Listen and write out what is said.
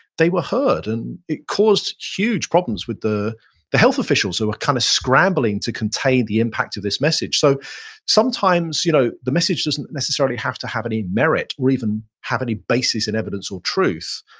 they heard and it caused huge problems with the the health officials who were kind of scrambling to contain the impact of this message so sometimes you know the message doesn't necessarily have to have any merit or even have any basis in evidence or truth.